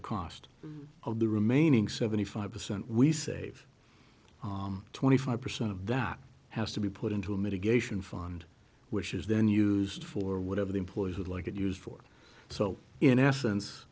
the cost of the remaining seventy five percent we save twenty five percent of that has to be put into a mitigation fund which is then used for whatever the employees would like it used for so in essence